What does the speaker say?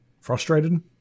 frustrated